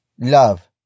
love